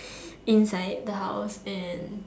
inside the house and